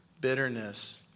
Bitterness